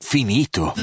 Finito